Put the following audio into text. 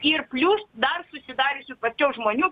ir plius dar susidariusių pačios žmonių